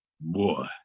Boy